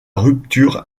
rupture